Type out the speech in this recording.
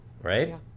Right